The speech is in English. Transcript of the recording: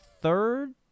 third